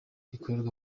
rikorerwa